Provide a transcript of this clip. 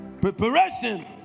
Preparation